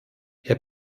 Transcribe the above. herr